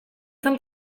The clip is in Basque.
zen